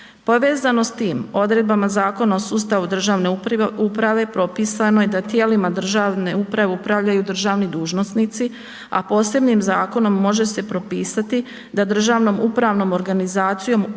Povezano s tim odredbama Zakona o sustavu državne uprave propisano je da tijelima državne uprave upravljaju državni dužnosnici, a posebnim zakonom može se propisati da državnom upravnom organizacijom upravlja